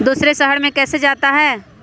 दूसरे शहर मे कैसे जाता?